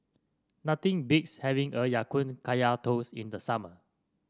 nothing beats having Ya Kun Kaya Toast in the summer